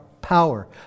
power